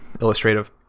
illustrative